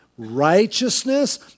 righteousness